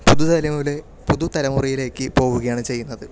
പുതുതലമുറയിലേക്ക് പോവുകയാണ് ചെയ്യുന്നത്